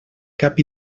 cap